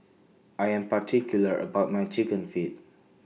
I Am particular about My Chicken Feet